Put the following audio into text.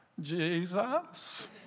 Jesus